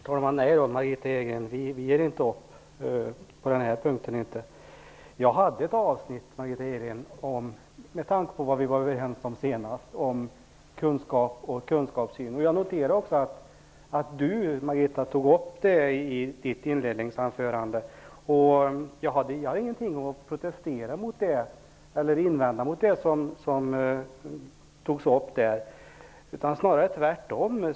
Herr talman! Vi ger inte upp på denna punkt, Margitta Edgren. Jag hade ett avsnitt om kunskap och kunskapssyn i mitt anförande, med tanke på vad vi var överens om senast. Jag noterar också att Margitta Edgren tog upp det i sitt inledningsanförande. Jag har ingenting att invända mot det som togs upp där, snarare tvärtom.